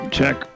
check